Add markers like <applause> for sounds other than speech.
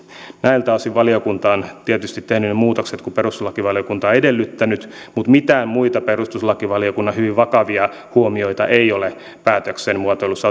osin valiokunta on tietysti tehnyt ne muutokset jotka perustuslakivaliokunta on edellyttänyt mutta mitään muita perustuslakivaliokunnan hyvin vakavia huomioita ei ole päätöksen muotoilussa <unintelligible>